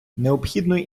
необхідної